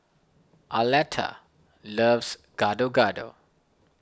Arletta loves Gado Gado